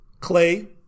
Clay